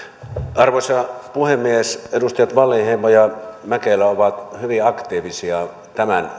arvoisa puhemies edustajat wallinheimo ja mäkelä ovat hyvin aktiivisia tämän